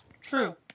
True